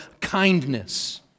kindness